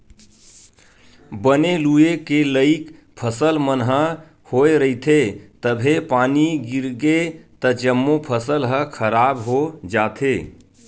बने लूए के लइक फसल मन ह होए रहिथे तभे पानी गिरगे त जम्मो फसल ह खराब हो जाथे